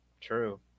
true